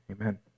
Amen